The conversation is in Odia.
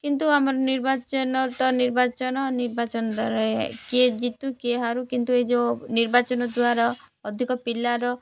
କିନ୍ତୁ ଆମର ନିର୍ବାଚନ ତ ନିର୍ବାଚନ ନିର୍ବାଚନ ଦ୍ଵାରା କିଏ ଜିତୁ କିଏ ହାରୁ କିନ୍ତୁ ଏଇ ଯେଉଁ ନିର୍ବାଚନ ଦ୍ୱାରା ଅଧିକ ପିଲାର